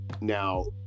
now